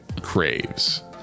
craves